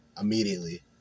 immediately